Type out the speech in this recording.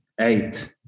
eight